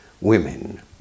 women